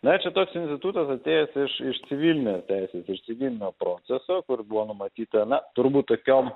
na čia toks institutas atėjęs iš iš civilinės teisės iš civilinio proceso kur buvo numatyta na turbūt tokiom